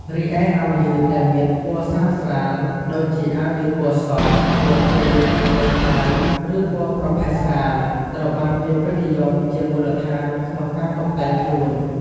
រីឯ អាវយឺតដែលមានពណ៌ស្រាលៗ ដូចជាអាវយឺតពណ៌ស ពណ៌ក្រៀម ពណ៌ខ្មៅ ឬពណ៌ប្រផេះស្រាល ត្រូវបានគេពេញនិយមជាមូលដ្ឋានក្នុងការតុបតែងខ្លួន។